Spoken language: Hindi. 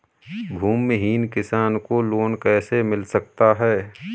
भूमिहीन किसान को लोन कैसे मिल सकता है?